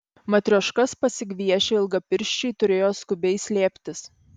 matrioškas pasigviešę ilgapirščiai turėjo skubiai slėptis